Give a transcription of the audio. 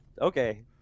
okay